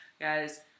Guys